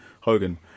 Hogan